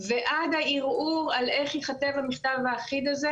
ועד הערעור על איך ייכתב המכתב האחיד הזה,